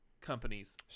companies